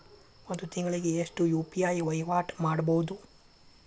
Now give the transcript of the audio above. ಒಂದ್ ತಿಂಗಳಿಗೆ ಎಷ್ಟ ಯು.ಪಿ.ಐ ವಹಿವಾಟ ಮಾಡಬೋದು?